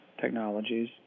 technologies